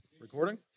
Recording